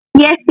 Yes